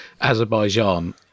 Azerbaijan